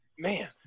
Man